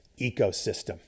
ecosystem